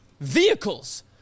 vehicles